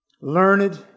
learned